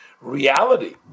reality